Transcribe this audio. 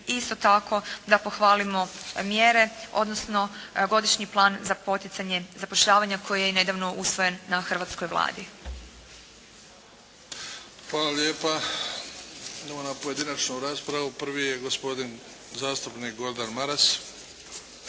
isto tako da pohvalimo mjere, odnosno godišnji plan za poticanje zapošljavanja koji je nedavno usvojen na hrvatskoj Vladi. **Bebić, Luka (HDZ)** Hvala lijepa. Idemo na pojedinačnu raspravu. Prvi je gospodin zastupnik Gordan Maras.